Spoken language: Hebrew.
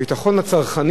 לצרכנים בארץ,